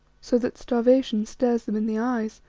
so that starvation stares them in the eyes,